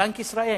בנק ישראל,